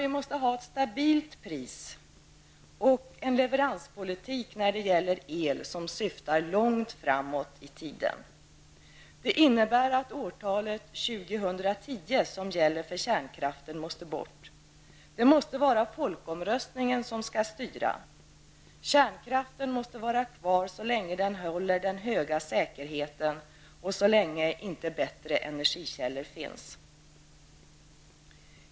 Vi måste ha en stabil pris och leveranspolitik när det gäller el som syftar långt framåt i tiden. Det innebär att årtalet 2010, som nu gäller för kärnkraftens avveckling, måste bort. Det måste vara folkomröstningen som skall styra. Kärnkraften skall vara kvar så länge den håller den höga säkerheten och så länge inte bättre energikällor finns.